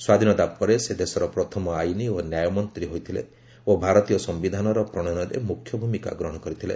ସ୍ୱାଧୀନତା ପରେ ସେ ଦେଶର ପ୍ରଥମ ଆଇନ ଓ ନ୍ୟାୟ ମନ୍ତ୍ରୀ ହୋଇଥିଲେ ଓ ଭାରତୀୟ ସମ୍ବିଧାନର ପ୍ରଣୟନରେ ମୁଖ୍ୟ ଭୂମିକା ଗ୍ରହଣ କରିଥିଲେ